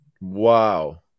Wow